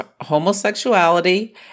homosexuality